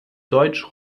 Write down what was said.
deutsch